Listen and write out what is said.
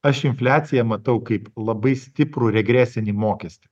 aš infliaciją matau kaip labai stiprų regresinį mokestį